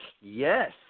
yes